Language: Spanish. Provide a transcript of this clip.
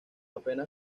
apenas